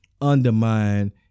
undermine